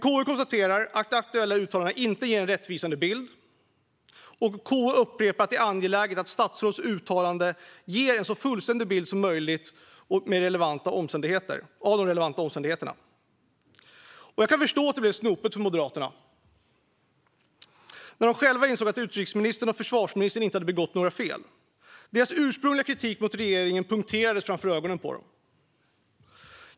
KU konstaterar att de aktuella uttalandena inte ger en rättvisande bild, och KU upprepar att det är angeläget att statsråds uttalanden ger en så fullständig bild som möjligt av de relevanta omständigheterna. Jag kan förstå att det blev snopet för Moderaterna när de själva insåg att utrikesministern och försvarsministern inte hade begått några fel. Deras ursprungliga kritik mot regeringen punkterades framför ögonen på dem.